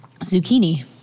Zucchini